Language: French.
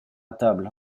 table